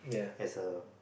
as a